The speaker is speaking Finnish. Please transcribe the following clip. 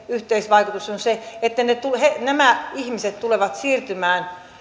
yhteisvaikutus on se että nämä ihmiset tulevat siirtymään